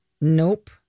Nope